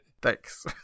Thanks